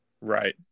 Right